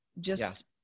just-